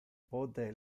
pote